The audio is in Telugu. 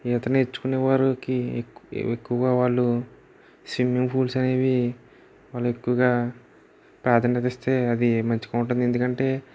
ఈత నేర్చుకునే వారికి ఎక్కువగా వాళ్ళు స్విమ్మింగ్ పూల్స్ అనేవి వాళ్ళు ఎక్కువగా ప్రాధాన్యత ఇస్తే అది మంచిగా ఉంటుంది ఎందుకంటే